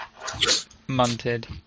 munted